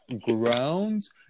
grounds